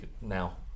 now